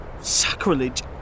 sacrilege